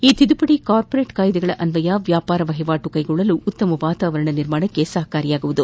ಈ ತಿದ್ದುಪದಿ ಕಾರ್ಪೋರೇಟ್ ಕಾಯಿದೆಗಳನ್ವಯ ವ್ಯಾಪಾರ ವಹಿವಾಟು ಕೈಗೊಳ್ಳಲು ಉತ್ತಮ ವಾತಾವರಣ ನಿರ್ಮಾಣಕ್ಕೆ ಸಹಕಾರಿಯಾಗಲಿದೆ